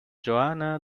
johanna